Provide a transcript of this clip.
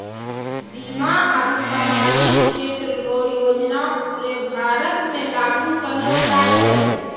बीमा आरू सामाजिक क्षेत्र रो योजना पूरे भारत मे लागू करलो जाय छै